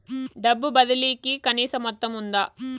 డబ్బు బదిలీ కి కనీస మొత్తం ఉందా?